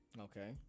Okay